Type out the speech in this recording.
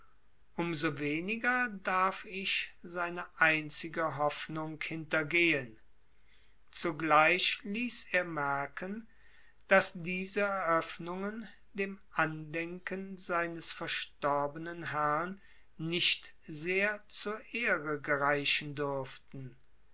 so weniger darf ich seine einzige hoffnung hintergehen zugleich ließ er merken daß diese eröffnungen dem andenken seines verstorbenen herrn nicht sehr zur ehre gereichen dürften